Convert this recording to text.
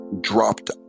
dropped